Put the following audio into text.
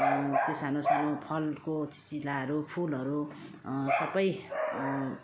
त्यो सानो सानो फलको चिचिलाहरू फुलहरू सबै